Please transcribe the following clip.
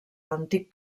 l’antic